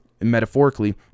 metaphorically